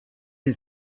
der